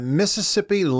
Mississippi